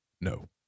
No